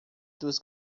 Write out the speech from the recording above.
dos